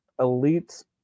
Elite